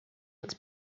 its